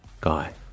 guy